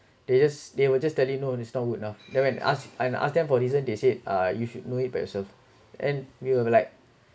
they just they will just tell you no it's not good enough then when ask and I asked them for reasons they said uh you should know it by yourself and you will be like